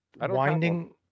Winding